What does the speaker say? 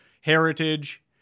heritage